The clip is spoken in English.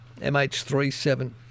MH370